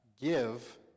Give